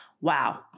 wow